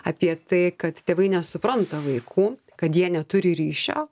apie tai kad tėvai nesupranta vaikų kad jie neturi ryšio